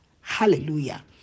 Hallelujah